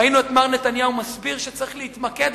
ראינו את מר נתניהו שמכריז שצריך להתמקד,